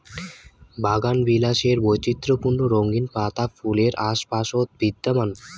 বাগানবিলাসের বৈচিত্র্যপূর্ণ রঙিন পাতা ফুলের আশপাশত বিদ্যমান